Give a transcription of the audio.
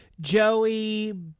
Joey